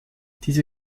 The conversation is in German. diese